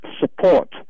support